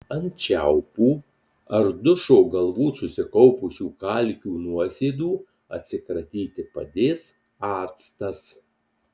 ant čiaupų ar dušo galvų susikaupusių kalkių nuosėdų atsikratyti padės actas